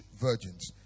virgins